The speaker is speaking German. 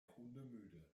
hundemüde